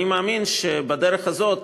אני מאמין שבדרך הזאת,